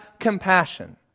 compassion